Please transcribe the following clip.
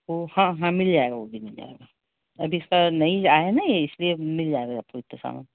वह हाँ हाँ मिल जाएगा वह भी मिल जाएगा अभी सब नए आए हैं इसलिए मिल जाएगा आपको इतने